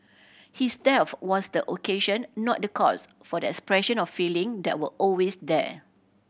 his death was the occasion not the cause for the expression of feeling that were always there